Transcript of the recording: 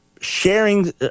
sharing